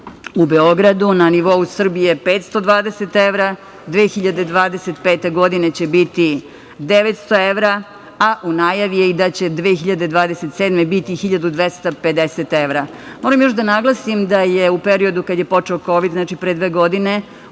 u Beogradu, na nivou Srbije 520 evra, 2025. godine će biti 900 evra, a u najavi je da će 2027. godine biti 1250 evra. Moram još da naglasim da je u periodu kad je počeo kovid, znači, pre dve godine,